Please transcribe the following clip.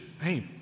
hey